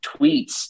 tweets